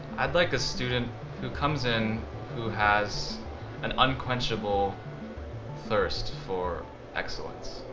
i like a student who comes in who has an unquenchable thirst for excellence.